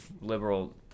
liberal